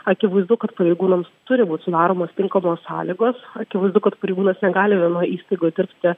akivaizdu kad pareigūnams turi būt sudaromos tinkamos sąlygos akivaizdu kad pareigūnas negali vienoj įstaigoj dirbti